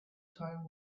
time